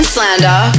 Slander